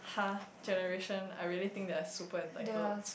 !huh! generation I really think they are super entitled